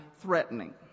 threatening